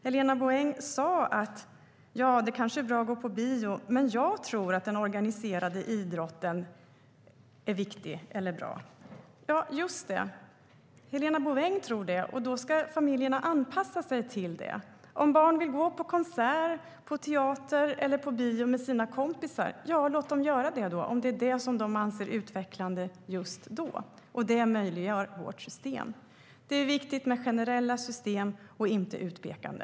Helena Bouveng sa att ja, det kanske är bra att gå på bio, men att hon tror att den organiserade idrotten är viktig eller bra. Just det, Helena Bouveng tror det, och då ska familjerna anpassa sig till det. Om barn vill gå på konsert, teater eller bio med sina kompisar så låt dem göra det om det är det som de anser är utvecklande just då. Det möjliggör vårt system. Det är viktigt med generella system, inte med utpekande.